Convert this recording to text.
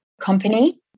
company